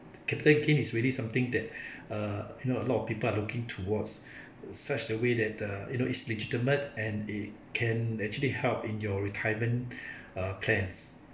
capital gain is really something that uh you know a lot of people are looking towards such a way that uh you know it's legitimate and it can actually help in your retirement uh plans